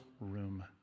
room